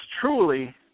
truly